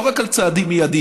לא רק על צעדים מיידיים,